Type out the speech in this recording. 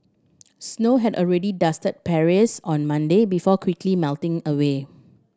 snow had already dusted Paris on Monday before quickly melting away